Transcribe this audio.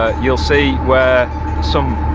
ah you'll see where some.